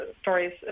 stories